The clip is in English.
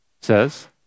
says